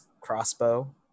crossbow